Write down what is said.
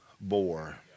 bore